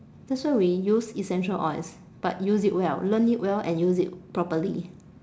that's why we use essential oils but use it well learn it well and use it properly